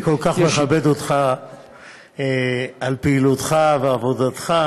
אני כל כך מכבד אותך על פעילותך ועבודתך,